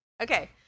Okay